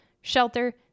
shelter